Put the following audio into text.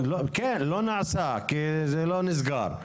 לא נעשה כי זה לא נסגר.